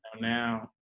Now